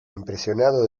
impresionado